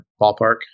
ballpark